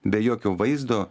be jokio vaizdo